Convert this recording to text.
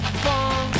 fun